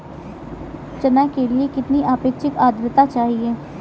चना के लिए कितनी आपेक्षिक आद्रता चाहिए?